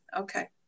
Okay